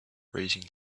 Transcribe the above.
raising